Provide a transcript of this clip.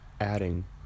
adding